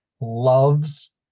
loves